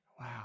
Wow